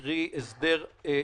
קרי: הסדר חד-שנתי.